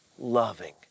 loving